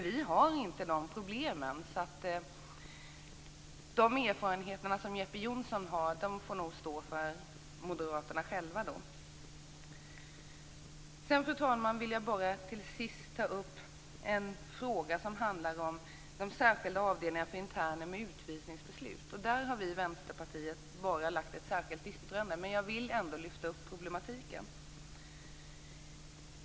Vi har inte de problemen, så Jeppe Johnssons erfarenheter får nog stå för Fru talman! Jag vill också ta upp frågan om särskilda avdelningar för interner med utvisningsbeslut. Där har vi i Vänsterpartiet bara ett särskilt yttrande. Jag vill ändå lyfta fram den här problematiken.